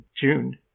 June